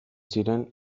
ziren